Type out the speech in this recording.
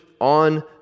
on